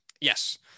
Yes